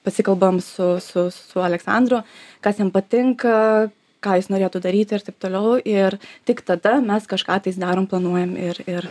pasikalbam su su su aleksandru kas jam patinka ką jis norėtų daryti ir taip toliau ir tik tada mes kažką tais darom planuojam ir ir